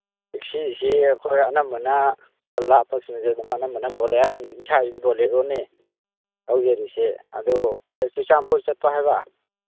ꯇꯦꯛꯁꯤꯁꯤ ꯑꯩꯈꯣꯏ ꯑꯅꯝꯕꯅ ꯈꯔ ꯂꯥꯞꯄꯁꯤꯡꯁꯦ ꯑꯅꯝꯕꯅ ꯑꯩ ꯏꯁꯥꯒꯤꯗꯤ ꯕꯣꯂꯦꯔꯣꯅꯦ ꯊꯧꯖꯔꯤꯁꯦ ꯑꯗꯨ ꯀꯥꯏ ꯆꯨꯔꯆꯥꯟꯄꯨꯔ ꯆꯠꯄ ꯍꯥꯏꯕ